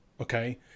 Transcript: Okay